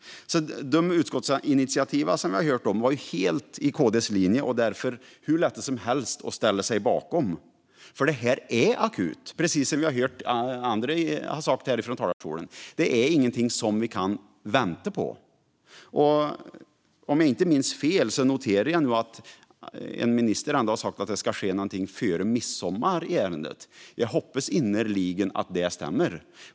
De utskottsinitiativ som det har talats om var helt i linje med KD:s förslag och därför hur lätta som helst att ställa sig bakom. Det här är akut, precis som andra har sagt här i talarstolen. Det är ingenting som vi kan vänta på. Om jag inte minns fel har en minister sagt att det ska ske någonting i ärendet före midsommar. Jag hoppas innerligen att detta stämmer.